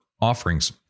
offerings